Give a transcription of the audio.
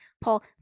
Paul